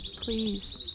Please